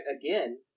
again